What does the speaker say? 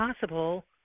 possible